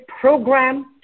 Program